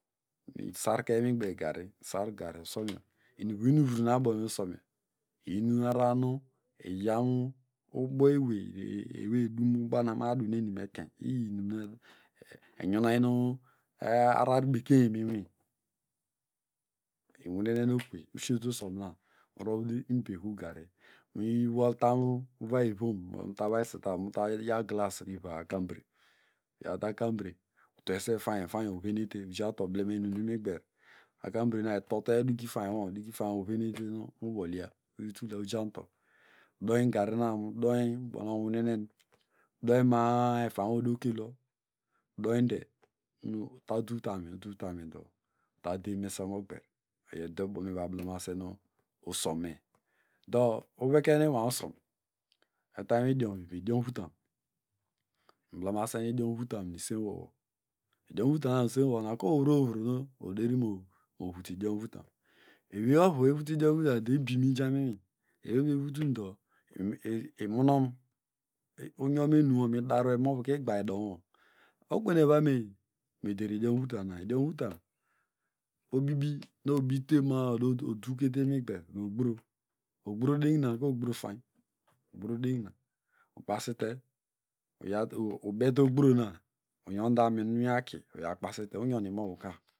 Nsarke imigber gari sargari usomyo inuvroinuvo mebomusomyo iyunu ararn iyananu boewey eney edunu bana naduneni ekeiny iyinum eyinony arar bekeiny mi inwi inwunen okuvey ushiete usomnina urovte umbeku gari muyi woltam uvay ivom. or utamu vay sita uta yaw glasi iva akambere utwese ifanyo ifanyo ovenete ujawto miblema enu imigber akanbere itote adikifaynwo adikifayo ovenete nunu umowolya iyitula ujanto udoyn garina doyu doyu onwunenen mudo onyma a ifanynodekela doynde utaduvta min uduvtamind uta deinymese omogber oyodebowablasen usome dọ iweken ụnwayi usom utam inwi idiom vivi idiomvutam, miblamesen idiomvutam nu esenwowo idiomvutana nu esenwowo ku oweyvroueyvro nu oderinovuta idionvutam ewey ovu evutunu idomvutam dọ ibi mijaminwi eweyovu evutundo imnom ikuru yonme nume idara imovuka igbaw edonwo okwe nu eveme der idiomvutana idiomvutam obibi nu obiytema a odute imigber nu ogbro ogbrodegina ku ogbro fayn ogbro degina ukpasite uyaw ugbete ogbrona uyonde amin minwi aki uya kpasite uyon lmovuka.